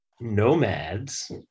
nomads